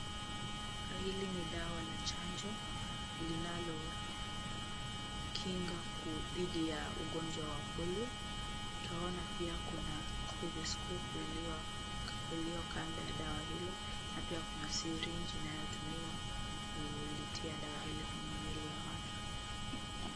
Hili ni dawa la chanjo linalokinga dhidi ya ugonjwa wa Polio , twaona pia kuna stethoskopu iliyo kando ya dawa hilo na pia kuna sirinji inayotumiwa kulitia dawa hili kwenye miili ya watu.